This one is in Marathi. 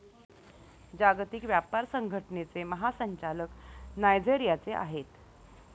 जागतिक व्यापार संघटनेचे महासंचालक नायजेरियाचे आहेत